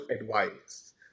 advice